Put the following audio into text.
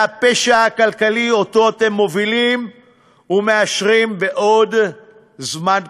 מהפשע הכלכלי שאתם מובילים ומאשרים בעוד זמן קצר.